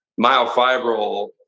Myofibril